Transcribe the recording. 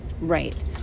Right